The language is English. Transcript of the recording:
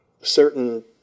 certain